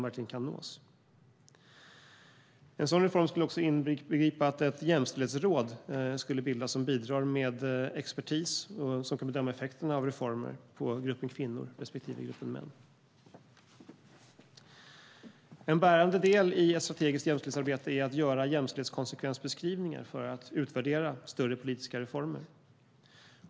En sådan reform skulle inbegripa att ett jämställdhetsråd bildas. Det skulle bidra med expertis och bedöma effekterna av reformer på gruppen kvinnor respektive gruppen män. En bärande del i ett strategiskt jämställdhetsarbete är att göra jämställdhetskonsekvensbeskrivningar för att utvärdera större politiska reformer.